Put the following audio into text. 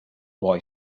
boy